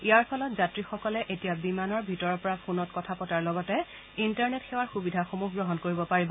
ইয়াৰ ফলত যাত্ৰীসকলে এতিয়া বিমানৰ ভিতৰৰ পৰা ফোনত কথাপতাৰ লগতে ইণ্টাৰনেট সেৱাৰ সুবিধাসমূহ গ্ৰহণ কৰিব পাৰিব